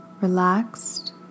relaxed